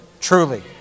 truly